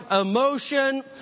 emotion